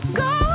go